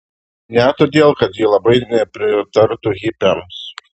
ne todėl kad ji labai nepritartų hipiams